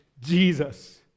Jesus